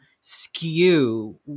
skew